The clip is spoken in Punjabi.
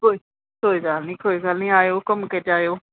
ਕੋਈ ਕੋਈ ਗੱਲ ਨਹੀਂ ਕੋਈ ਗੱਲ ਨਹੀਂ ਆਇਓ ਘੁੰਮ ਕੇ ਜਾਇਓ